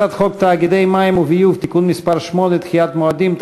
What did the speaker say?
הצעת חוק תאגידי מים וביוב (תיקון מס' 8) (דחיית מועדים),